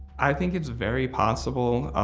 i think it's very possible.